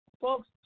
folks